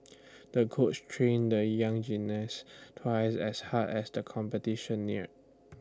the coach trained the young gymnast twice as hard as the competition neared